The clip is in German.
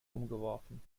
umgeworfen